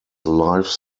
life